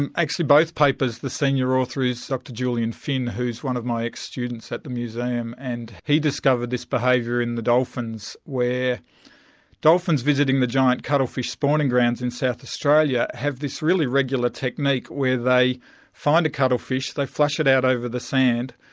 and actually both papers the senior author is dr julian finn who is one of my ex-students at the museum, and he discovered this behaviour in the dolphins where dolphins visiting the giant cuttlefish spawning grounds in south australia have this really regular technique where they find a cuttlefish, they flush it out over the sand,